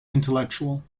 intellectual